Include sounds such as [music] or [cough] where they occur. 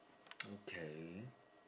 [noise] K